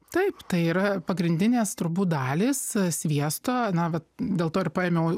taip tai yra pagrindinės turbūt dalys sviesto na vat dėl to ir paėmiau